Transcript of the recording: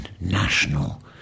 national